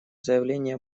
заявления